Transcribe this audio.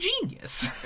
genius